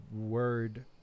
word